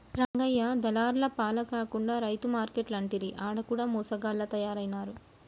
రంగయ్య దళార్ల పాల కాకుండా రైతు మార్కేట్లంటిరి ఆడ కూడ మోసగాళ్ల తయారైనారు